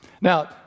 Now